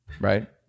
right